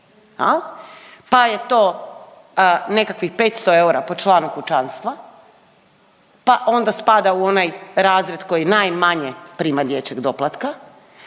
pa je to nekakvih 500 eura po članu kućanstva pa onda spada u onaj razred koji najmanje prima dječjeg doplatka